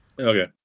Okay